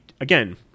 again